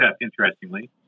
Interestingly